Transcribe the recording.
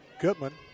Goodman